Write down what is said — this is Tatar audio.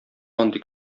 андый